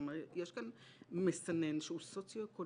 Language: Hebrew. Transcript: כלומר, יש כאן מסנן שהוא סוציו-אקונומי,